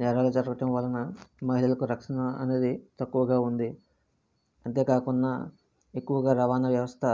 నేరాలు జరగటం వలన మహిళలకు రక్షణ అనేది తక్కువగా ఉంది అంతే కాకున్నా ఎక్కువగా రవాణ వ్యవస్థ